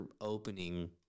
opening